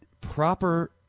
proper